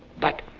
but,